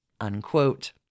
unquote